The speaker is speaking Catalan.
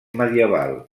medieval